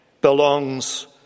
belongs